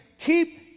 Keep